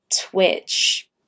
Twitch